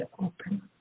open